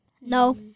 No